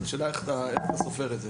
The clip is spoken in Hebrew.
השאלה איך אתה סופר את זה.